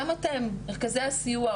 גם אתה מרכזי הסיוע,